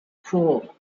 four